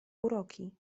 uroki